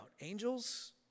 Angels